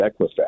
Equifax